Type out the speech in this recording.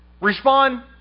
respond